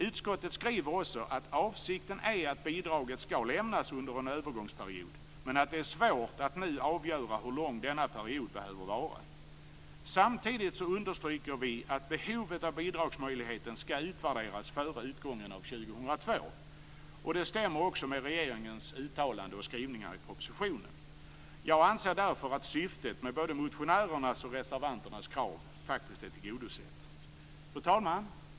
Utskottet skriver också att avsikten är att bidraget skall lämnas under en övergångsperiod, men att det är svårt att nu avgöra hur lång denna period behöver vara. Samtidigt understryker vi att behovet av bidragsmöjligheten skall utvärderas före utgången av 2002. Det stämmer också med regeringens uttalande och skrivningar i propositionen. Jag anser därför att syftet med både motionärernas och reservanternas krav faktiskt är tillgodosett. Fru talman!